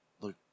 look